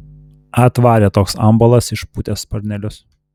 atvarė toks ambalas išpūtęs sparnelius